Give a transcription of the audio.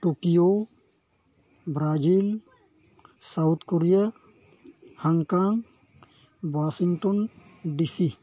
Tokyo Brazil South Korea Hong Kong Washington DC